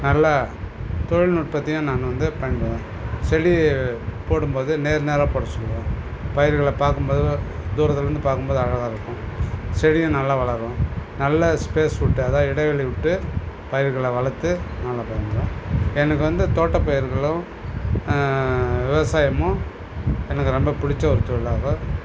நல்லா தொழில்நுட்பத்தையும் நான் வந்து பண்ணுறேன் செடி போடும் போது நேர் நேராக போட சொல்லுவேன் பயிர்களை பார்க்கும் போது தூரத்துலேந்து பார்க்கும் போது அழகாக இருக்கும் செடியும் நல்லா வளரும் நல்ல ஸ்பேஸ் விட்டு அதாவது இடைவெளி விட்டு பயிர்களை வளர்த்து நாங்கள் எனக்கு வந்து தோட்ட பயிர்களும் விவசாயமும் எனக்கு ரொம்ப பிடிச்ச ஒரு தொழிலாக